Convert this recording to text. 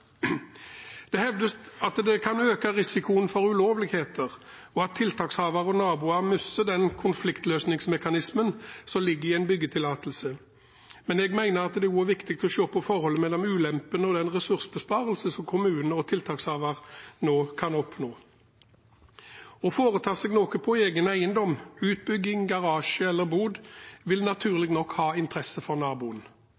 Det hevdes at det kan øke risikoen for ulovligheter, og at tiltakshaver og naboer mister den konfliktløsningsmekanismen som ligger i en byggetillatelse, men jeg mener at det også er viktig å se på forholdet mellom ulempene og den ressursbesparelsen kommunen og tiltakshaver nå kan oppnå. Å foreta seg noe på egen eiendom – utbygging, garasje eller bod – vil